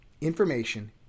information